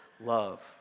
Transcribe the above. love